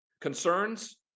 concerns